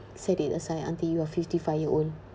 set it aside until you are fifty-five year old